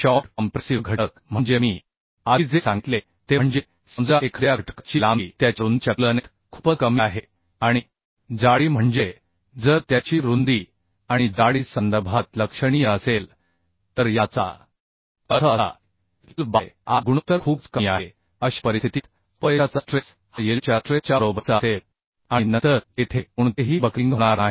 short compressive घटक म्हणजे मी आधी जे सांगितले ते म्हणजे समजा एखाद्या घटका ची लांबी त्याच्या रुंदीच्या तुलनेत खूपच कमी आहे आणि जाडी म्हणजे जर त्याची रुंदी आणि जाडी संदर्भात लक्षणीय असेल तर याचा अर्थ असा की एल बाय आर गुणोत्तर खूपच कमी आहे अशा परिस्थितीत अपयशाचा स्ट्रेस हा यिल्ड च्या स्ट्रेस च्या बरोबरीचा असेल आणि नंतर तेथे कोणतेही बक्लिंग होणार नाही